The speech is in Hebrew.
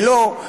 ולא,